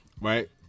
Right